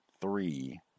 three